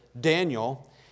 Daniel